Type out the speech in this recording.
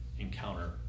encounter